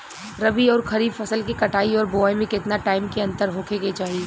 रबी आउर खरीफ फसल के कटाई और बोआई मे केतना टाइम के अंतर होखे के चाही?